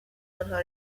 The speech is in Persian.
آنها